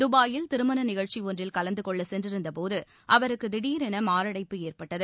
துபாயில் திருமண நிகழ்ச்சி ஒன்றில் கலந்தகொள்ள சென்றிருந்த போது அவருக்கு தீடிரென மாரடைப்பு ஏற்பட்டது